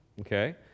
okay